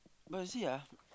but you see ah